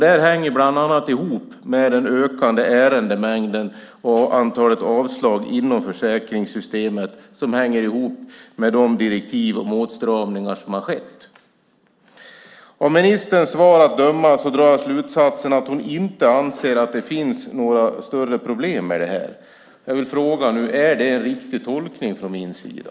Det hänger bland annat ihop med den ökande ärendemängden och antalet avslag inom försäkringssystemet som i sin tur hänger ihop med de direktiv om åtstramningar som varit. Av ministerns svar att döma drar jag slutsatsen att hon inte anser att det finns några större problem i sammanhanget. Jag vill fråga om det är en riktig tolkning från min sida.